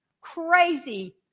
crazy